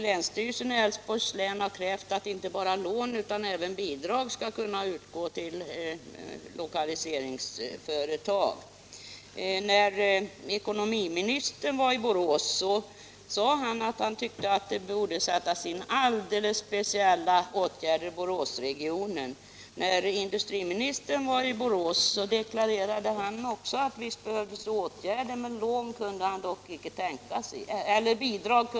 Länsstyrelsen i Älvsborgs län har krävt att inte bara lån utan även bidrag skall kunna utgå till lokaliseringen av företag. När ekonomiministern var i Borås sade han att han tyckte att alldeles speciella åtgärder borde sättas in i Boråsregionen. När industriministern var i Borås deklarerade också han att han ansåg att det behövdes åtgärder men att han icke kunde tänka sig några bidrag.